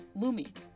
Lumi